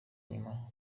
nyuma